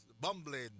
bumbling